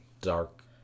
dark